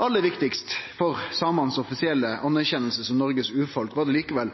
Aller viktigast for den offisielle anerkjenninga av samane som Noregs urfolk var likevel